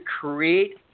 create